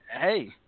hey